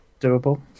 Doable